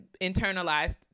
internalized